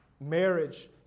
Marriage